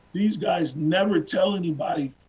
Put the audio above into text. these guys never tell anybody,